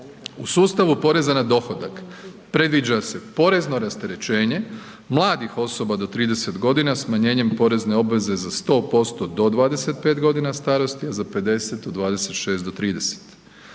U sustavu poreza na dohodak predviđa se porezno rasterećenje mladih osoba do 30 godina smanjenjem porezne obveze za 100% do 25 godina starosti, a za 50 od 26 do 30.